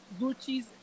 Gucci's